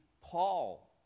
Paul